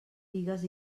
pigues